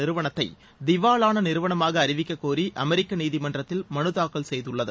நிறுவனத்தை திவாலான நிறுவனமாக அறிவிக்கக்கோரி அமெரிக்க நீதிமன்றத்தில் மனு தாக்கல் செய்துள்ளது